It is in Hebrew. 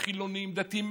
חילונים ודתיים,